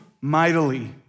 mightily